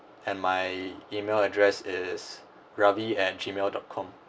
and my email address is Ravi at gmail dot com